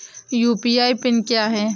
UPI PIN क्या है?